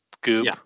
goop